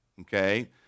okay